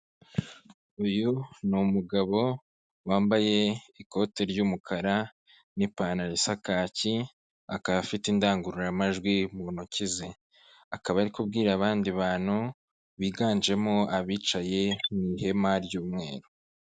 Uyu ni umugabo wambaye ikote ry'umukara n'ipantaro isa kaki, akaba afite indangururamajwi mu ntoki ze. Akaba ari kubwira abandi bantu biganjemo abicaye mu ihema ry'umweru.